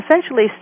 essentially